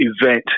event